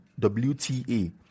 WTA